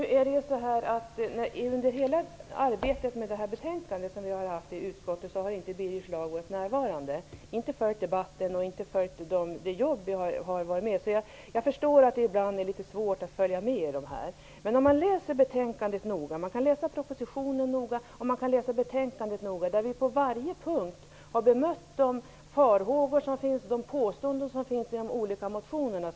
Herr talman! Under arbetet med det här betänkandet i utskottet har Birger Schlaug inte varit närvarande, inte följt debatten. Jag förstår att det kan vara litet svårt att följa med. Om man läser betänkandet och propositionen noga ser man att vi på varje punkt har bemött de farhågor och påståenden som finns i de olika motionerna.